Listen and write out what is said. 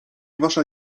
wasza